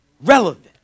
Relevant